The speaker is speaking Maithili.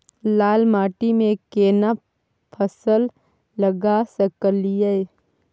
लाल माटी में केना फसल लगा सकलिए?